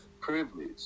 Privilege